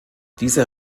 dieser